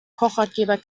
kochratgeber